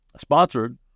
sponsored